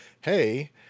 hey